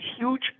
huge